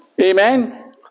Amen